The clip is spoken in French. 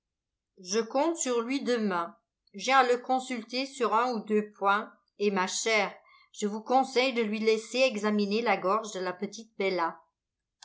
je compte sur lui demain j'ai à le consulter sur un ou deux points et ma chère je vous conseille de lui laisser examiner la gorge de la petite bella